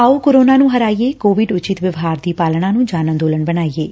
ਆਓ ਕੋਰੋਨਾ ਨੂੰ ਹਰਾਈਏਂ ਕੋਵਿਡ ਉਚਿੱਤ ਵਿਵਹਾਰ ਦੀ ਪਾਲਣਾ ਨੂੰ ਜਨ ਅੰਦੋਲਨ ਬਣਾਈਏਂ